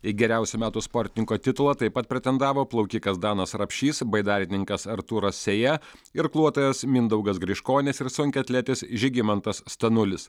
į geriausio metų sportininko titulą taip pat pretendavo plaukikas danas rapšys baidarininkas artūras sėja irkluotojas mindaugas griškonis ir sunkiaatletis žygimantas stanulis